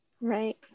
Right